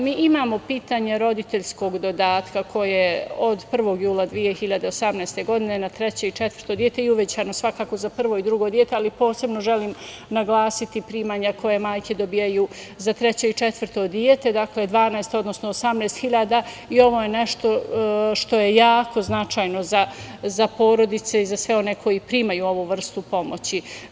Mi imamo pitanje roditeljskog dodatka koje od 1. jula 2018. godine na treće i četvrto dete, i uvećano za svakako za prvo i drugo dete, ali posebno želim naglasiti primanja koje majke dobijaju za treće i četvrto dete - 12.000, odnosno 18.000 i ovo je nešto što je jako značajno za porodice i za sve one koji primaju ovu vrstu pomoću.